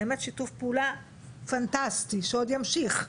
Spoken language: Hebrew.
באמת שיתוף פעולה פנטסטי שעוד ימשיך.